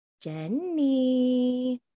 Jenny